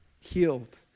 healed